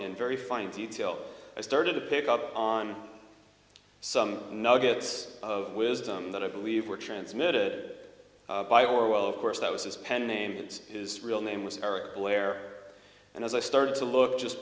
in very fine detail i started to pick up on some nuggets of wisdom that i believe were transmitted by orwell of course that was his pen name it's his real name was erik blair and as i started to look just